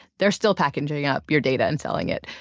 they're still packaging up your data and selling it.